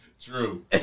True